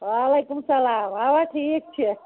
وعلیکُم سَلام اَوا ٹھیٖک چھِ